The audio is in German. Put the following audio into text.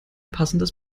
passendes